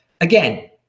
Again